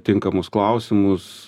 tinkamus klausimus